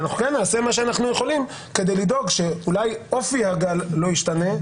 וכן נעשה מה שאנחנו יכולים כדי לדאוג שאולי אופי הגל לא ישתנה,